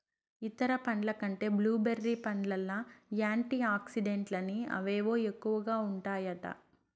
ఇతర పండ్ల కంటే బ్లూ బెర్రీ పండ్లల్ల యాంటీ ఆక్సిడెంట్లని అవేవో ఎక్కువగా ఉంటాయట